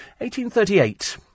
1838